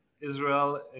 Israel